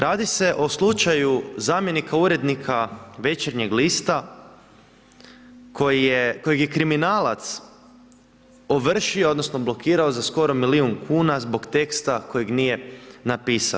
Radi se o slučaju zamjenika urednika Večernjeg lista kojeg je kriminalac ovršio odnosno blokirao za skoro miliju kuna zbog teksta kojeg nije napisao.